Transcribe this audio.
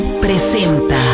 presenta